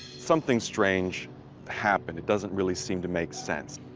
something strange happened. it doesn't really seem to make sense.